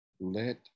let